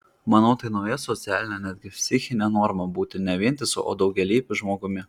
manau tai nauja socialinė netgi psichinė norma būti ne vientisu o daugialypiu žmogumi